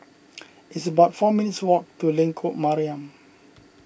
it's about four minutes' walk to Lengkok Mariam